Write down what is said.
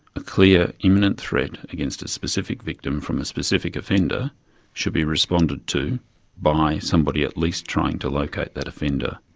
a clear imminent threat against a specific victim from a specific offender should be responded to by somebody at least trying to locate that offender.